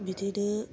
बिदिनो